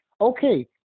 okay